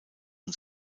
und